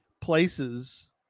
places